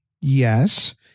yes